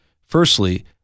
Firstly